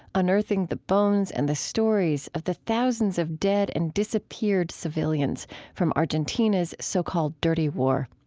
unearthing the bones and the stories of the thousands of dead and disappeared civilians from argentina's so-called dirty war.